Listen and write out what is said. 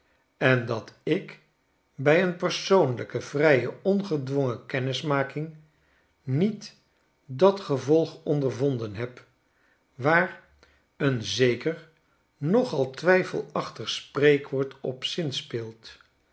en dat ik bij een persoonlijke vrije ongedwonge kennismaking niet dat gevolg ondervonden heb waar een zeker nogal twyfelachtig spreekwoord op zinspeelt